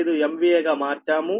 025 MVA గా మార్చాము